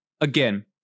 again